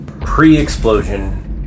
pre-explosion